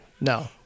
no